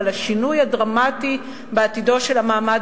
אבל השינוי הדרמטי בעתידו של המעמד